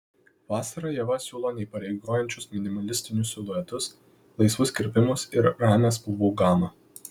vasarą ieva siūlo neįpareigojančius minimalistinius siluetus laisvus kirpimus ir ramią spalvų gamą